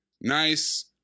nice